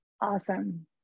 awesome